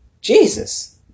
Jesus